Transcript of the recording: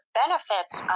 benefits